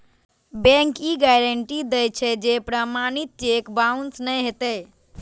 bank ई guarantee दै छै, जे प्रमाणित चेक बाउंस नै हेतै